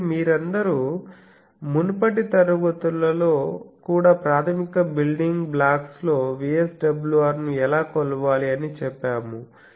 కాబట్టి మీరందరూ మునుపటి తరగతులలో కూడా ప్రాథమిక బిల్డింగ్ బ్లాక్స్లో VSWR ను ఎలా కొలవాలి అని చెప్పాము